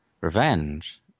Revenge